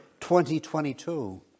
2022